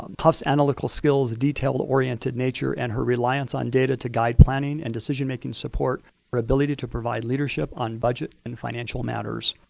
hough's analytical skills, detail-oriented nature, and her reliance on data to guide planning and decision making support, her ability to provide leadership on budget and financial matters.